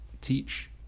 teach